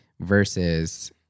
versus